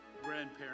grandparents